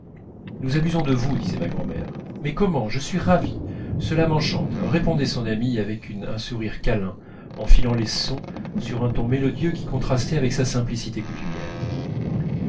nous abusons de vous disait ma grand'mère mais comment je suis ravie cela m'enchante répondait son amie avec un sourire câlin en filant les sons sur un ton mélodieux qui contrastait avec sa simplicité coutumière